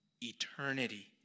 eternity